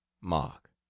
Mark